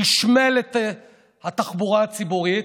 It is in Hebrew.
חִשמל את התחבורה הציבורית,